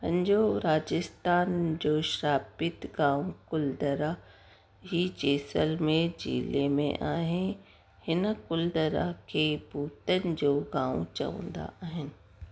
पंहिंजो राजस्थान जो श्रापित गांव कुलधरा हीउ जैसलमेर ज़िले में आहे हिन कुलधरा खे भूतनि जो गांव चवंदा आहिनि